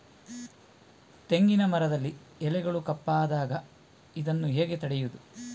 ತೆಂಗಿನ ಮರದಲ್ಲಿ ಎಲೆಗಳು ಕಪ್ಪಾದಾಗ ಇದನ್ನು ಹೇಗೆ ತಡೆಯುವುದು?